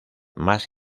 más